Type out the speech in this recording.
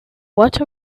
what